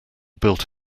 built